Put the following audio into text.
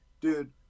dude